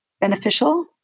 beneficial